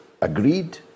agreed